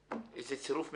איזה צירוף מקרים.